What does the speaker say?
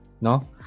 no